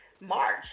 March